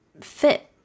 fit